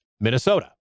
Minnesota